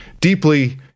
deeply